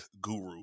Guru